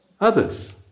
others